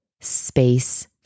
space